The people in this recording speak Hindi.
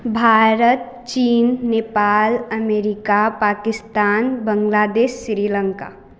भारत चीन नेपाल अमेरिका पाकिस्तान बांग्लादेश श्रीलंका